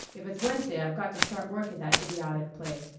if it's wednesday, i've got to start work at that idiotic place.